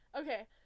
Okay